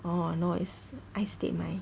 oh no is ai stead mai